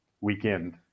weekend